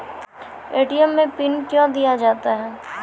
ATM मे pin कयो दिया जाता हैं?